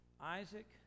Isaac